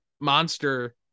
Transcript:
monster